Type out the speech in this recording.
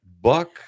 buck